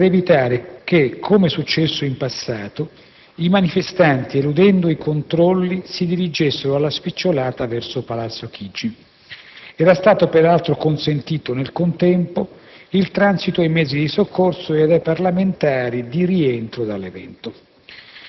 per evitare che - come successo in passato - i manifestanti, eludendo i controlli, si dirigessero alla spicciolata verso Palazzo Chigi. Era stato peraltro consentito, nel contempo, il transito ai mezzi di soccorso ed ai parlamentari di rientro dall'evento.